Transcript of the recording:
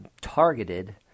targeted